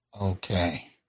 Okay